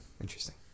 interesting